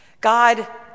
God